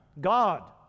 God